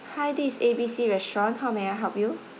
hi this is A B C restaurant how may I help you